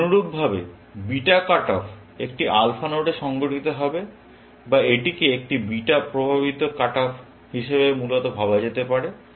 অনুরূপ ভাবে beta cut off একটি আলফা নোডে সংঘটিত হবে বা এটিকে একটি বিটা প্রভাবিত কাট অফ হিসাবে মূলত ভাবা যেতে পারে